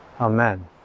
Amen